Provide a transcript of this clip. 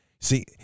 See